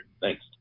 Thanks